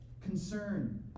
Concern